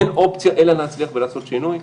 אין אופציה אלא להצליח ולעשות שינוי.